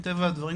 מטבע הדברים,